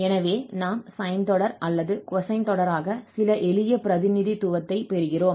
எனவே நாம் sine தொடர் அல்லது cosine தொடராக சில எளிய பிரதிநிதித்துவத்தைப் பெறுகிறோம்